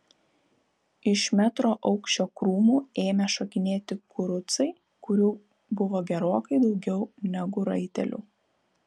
iš metro aukščio krūmų ėmė šokinėti kurucai kurių buvo gerokai daugiau negu raitelių